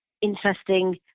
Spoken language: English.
interesting